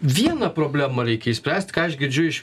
vieną problemą reikia išspręsti ką aš girdžiu iš